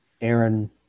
Aaron